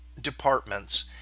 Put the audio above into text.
departments